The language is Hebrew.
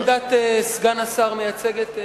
ואני מניח שעמדת סגן השר מייצגת,